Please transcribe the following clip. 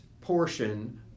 portion